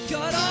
God